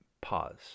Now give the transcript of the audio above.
Pause